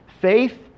faith